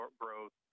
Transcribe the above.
growth